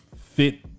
fit